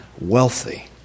wealthy